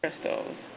Crystals